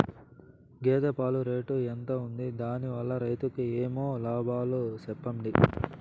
గేదె పాలు రేటు ఎంత వుంది? దాని వల్ల రైతుకు ఏమేం లాభాలు సెప్పండి?